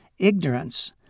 Ignorance